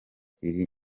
iri